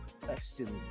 questions